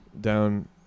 Down